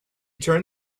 turned